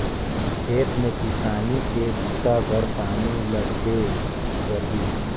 खेत में किसानी के बूता बर पानी लगबे करही